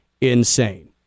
insane